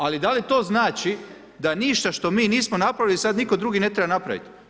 Ali, da li to znači da ništa što mi nismo napravili sad nitko drugi ne treba napraviti?